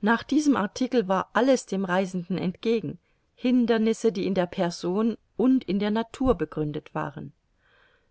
nach diesem artikel war alles dem reisenden entgegen hindernisse die in der person und in der natur begründet waren